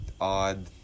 odd